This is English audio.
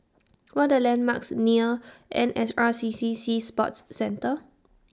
What Are The landmarks near N S R C C Sea Sports Centre